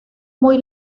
muy